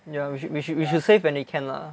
ya we should we should we should save when we can lah